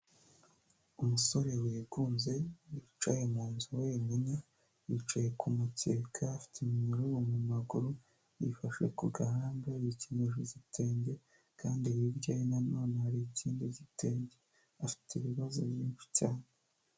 Umusore wigunze yicaye mu nzu wenyine, yicaye ku mukeka, afite iminyururu mu maguru, yifashe ku gahanga, yikenyeje igitenge kandi hirya ye na none hari ikindi gitenge, afite ibibazo byinshi cyane.